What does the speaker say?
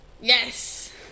Yes